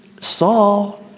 Saul